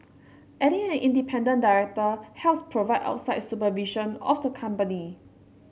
adding an independent director helps provide outside supervision of the company